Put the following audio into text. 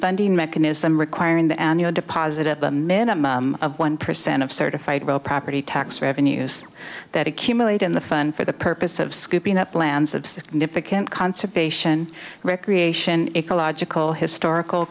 funding mechanism requiring the annual deposit of a minimum of one percent of certified real property tax revenues that accumulate in the fun for the purpose of scooping up lands of significant conservation recreation ecological historical